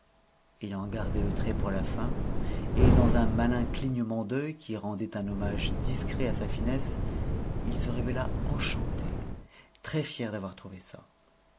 ayant gardé le trait pour la fin et dans un malin clignement d'œil qui rendait un hommage discret à sa finesse il se révéla enchanté très fier d'avoir trouvé ça